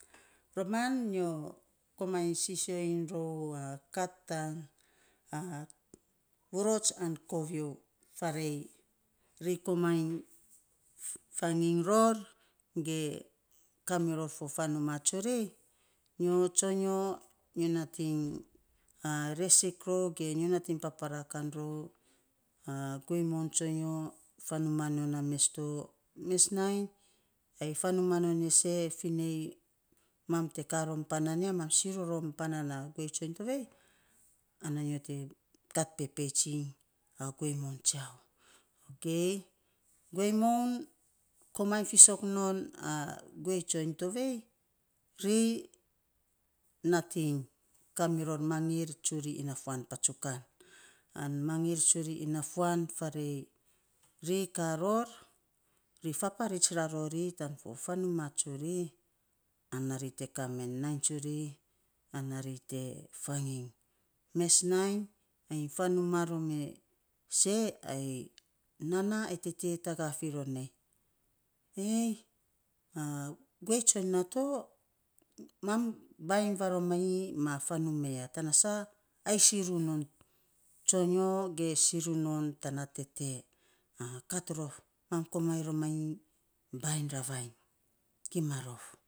Roman ny komainy sisio iny rou a vurots an kiviou farei ri komainy fanginy ror ge kamiror fo fanuma tsuri onyo nyo nating resik rou ge nyo nating papara kan rou a guei moun tsonyo fanuma nonn a mes to, mes nainy ai fanuma non e se finei mam te ka rom panan ya mam te siru rom panan na guei tsoiny tovei ana nyo te kat pepeits iny a guei moun tsiau. ok guei fisok non a guei tsoiny tovei, ri nating kamiror mangir tsuri inafuan patsukan. An tsuri inafuan farei ri ka ror ri faparits ra rori tan fo fanuma tsuri ana ri te kamen nainy tsuri ana ri te fanginy. Mes nainy ainy fanuma rom e se ai nana ai tete taga fi ror nei, a guei tsoiny nato mam bainy varoma nyi tan fanuma ya tan sa ai siru non tsonyo ge ai siru non tana tete. kat rof mam komainy rom manyi bainy ravainy. ki ma rof.